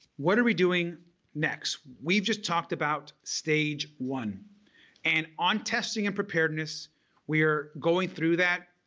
what are we doing next? we've just talked about stage one and on testing and preparedness we are going through that.